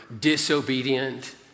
disobedient